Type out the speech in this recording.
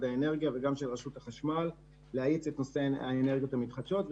האנרגיה ורשות החשמל להאיץ את נושא האנרגיות החדשות.